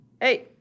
Hey